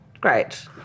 great